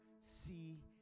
see